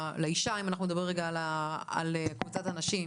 לאישה אם אנחנו מדברים על קבוצת הנשים